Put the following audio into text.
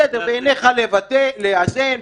בעיניך לאזן,